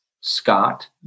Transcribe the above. Scott